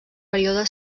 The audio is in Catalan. període